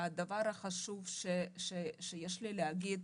הדבר החשוב שיש לי להגיד